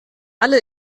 alle